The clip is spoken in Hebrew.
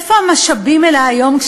איפה המשאבים האלה היום,